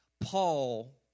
Paul